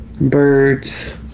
birds